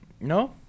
No